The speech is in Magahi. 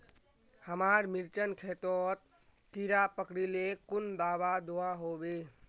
हमार मिर्चन खेतोत कीड़ा पकरिले कुन दाबा दुआहोबे?